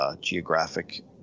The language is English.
geographic